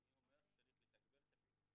אני אומר שצריך לתגבר את הפעילות,